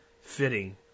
fitting